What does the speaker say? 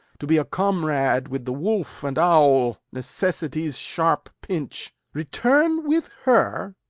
to be a comrade with the wolf and owl necessity's sharp pinch! return with her?